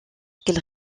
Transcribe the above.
qu’elle